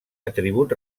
atribut